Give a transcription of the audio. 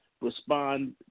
respond